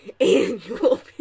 annual